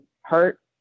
hurt